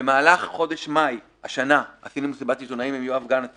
במהלך חודש מאי השנה עשינו מסיבת עיתונאים עם יואב גלנט,